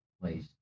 place